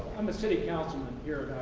i'm a city councilman here.